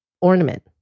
ornament